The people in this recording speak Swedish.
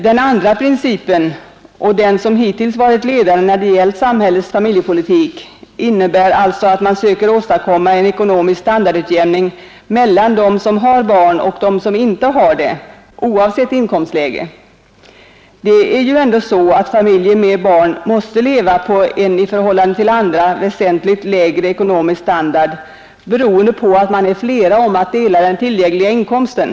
Den andra principen, den som hittills varit ledande när det gäller samhällets familjepolitik, innebär att man söker åstadkomma en ekonomisk standardutjämning mellan dem som har barn och dem som inte har det oavsett inkomstläge. Det är ju ändå så att familjer med barn måste leva på en väsentligt lägre ekonomisk standard än andra, beroende på att det är flera som skall dela den tillgängliga inkomsten.